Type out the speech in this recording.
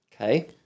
Okay